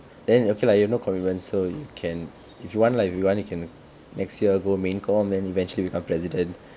then okay lah you have no commitment so you can if you want lah if you want you can next year go main comm then eventually become president